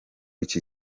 iki